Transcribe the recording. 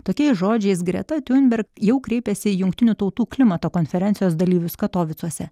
tokiais žodžiais greta tiunberg jau kreipėsi į jungtinių tautų klimato konferencijos dalyvius katovicuose